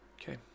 Okay